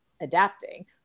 adapting